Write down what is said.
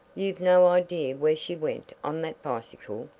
you've no idea where she went on that bicycle?